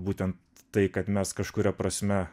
būtent tai kad mes kažkuria prasme